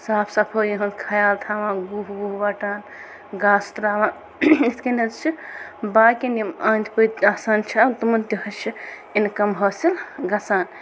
صاف صفٲیی ہُنٛد خیال تھاوان گُہ وُہ وَٹان گاسہٕ تراوان یِتھ کٔنۍ حظ چھِ باقِین یِم أندۍ پٔتۍ آسان چھِ اَتھ تِمن تہِ حظ چھِ اِنکم حٲصِل گژھان